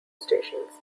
stations